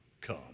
come